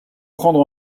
prendre